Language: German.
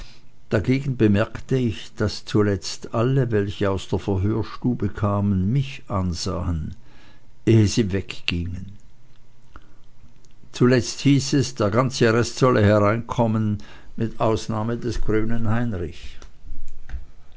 dagegen bemerkte ich daß zuletzt alle welche aus der verhörstube kamen mich ansahen ehe sie weggingen zuletzt hieß es der ganze rest solle hereinkommen mit ausnahme des grünen heinrich